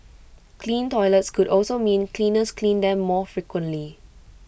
clean toilets could also mean cleaners clean them more frequently